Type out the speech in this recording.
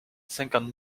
cinquante